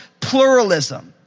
pluralism